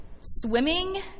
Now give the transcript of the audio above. swimming